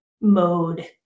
mode